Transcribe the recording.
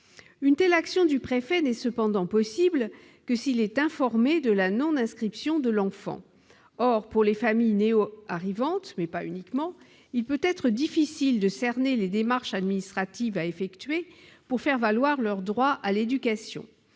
Une telle intervention du préfet n'est cependant possible que s'il est informé du refus d'inscrire l'enfant. Or, pour les familles néo-arrivantes- mais pas uniquement elles -, il peut être difficile de connaître les démarches administratives à effectuer pour faire valoir le droit à l'éducation